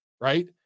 right